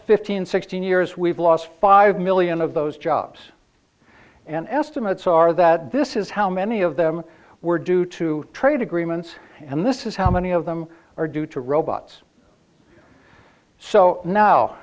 fifteen sixteen years we've lost five million of those jobs and estimates are that this is how many of them were due to trade agreements and this is how many of them are due to robots so now